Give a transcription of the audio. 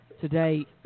today